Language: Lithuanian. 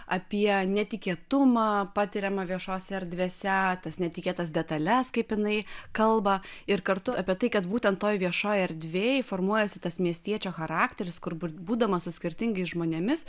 apie netikėtumą patiriamą viešose erdvėse tas netikėtas detales kaip jinai kalba ir kartu apie tai kad būtent toj viešoj erdvėj formuojasi tas miestiečio charakteris kur būdamas su skirtingais žmonėmis